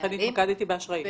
-- בשאלה שלי התמקדתי באשראים,